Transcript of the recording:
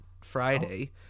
friday